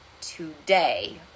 today